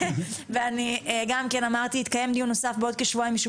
אני גם כן אמרתי שיתקיים דיון נוסף בעוד כשבועיים משום